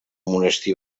monestir